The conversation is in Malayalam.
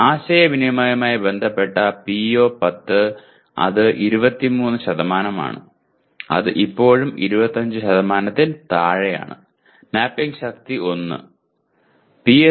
ആശയവിനിമയവുമായി ബന്ധപ്പെട്ട PO10 അത് 23ആണ് അത് ഇപ്പോഴും 25ൽ താഴെയാണ് മാപ്പിംഗ് ശക്തി 1 ആണ്